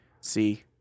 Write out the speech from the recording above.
See